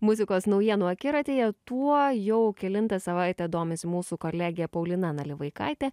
muzikos naujienų akiratyje tuo jau kelintą savaitę domisi mūsų kolegė paulina nalivaikaitė